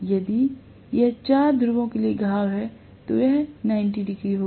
यदि यह चार ध्रुवों के लिए घाव है तो यह 90 डिग्री होगा